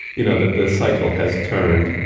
you know that the cycle has turned.